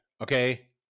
okay